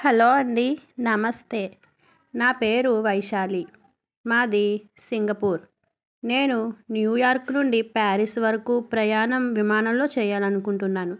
hello అండి నమస్తే నా పేరు వైశాలి మాది సింగపూర్ నేను న్యూయార్క్ నుండి ప్యారిస్ వరకు ప్రయాణం విమానంలో చెయ్యాలనుకుంటున్నాను